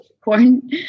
corn